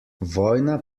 vojna